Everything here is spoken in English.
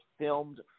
Filmed